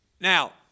Now